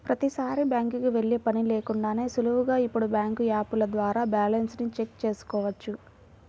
ప్రతీసారీ బ్యాంకుకి వెళ్ళే పని లేకుండానే సులువుగా ఇప్పుడు బ్యాంకు యాపుల ద్వారా బ్యాలెన్స్ ని చెక్ చేసుకోవచ్చు